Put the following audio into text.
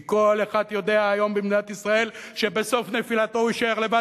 כי כל אחד יודע היום במדינת ישראל שבסוף נפילתו הוא יישאר לבד,